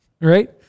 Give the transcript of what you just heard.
right